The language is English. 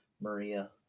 Maria